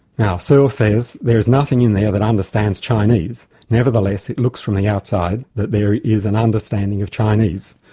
now, searle says there is nothing in there that understands chinese. nevertheless, it looks from the outside that there is an understanding of chinese.